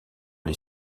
les